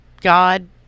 God